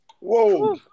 Whoa